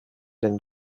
than